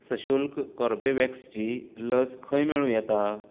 सशुल्क कोर्बेवॅक्सची लस खंय मेळूं येता